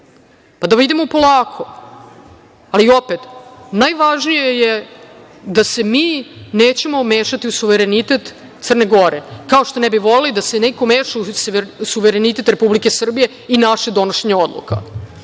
Da vidimo polako. Opet, najvažnije je da se mi nećemo mešati u suverenitet Crne Gore, kao što ne bi voleli da se niko meša u suverenitet Republike Srbije i naše donošenje odluka.